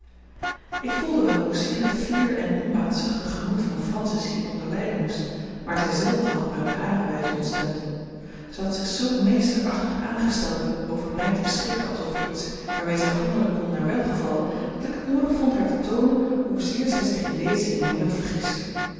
ik voelde wel hoe zeer het fier en onbaatzuchtig gemoed van francis hieronder lijden moest maar zij zelve had mij op hare wijze ontstemd zij had zich zoo meesterachtig aangesteld met over mij te beschikken als over iets waarmee zij handelen kon naar welgevallen dat ik het noodig vond haar te toonen hoezeer zij zich in dezen in mij had vergist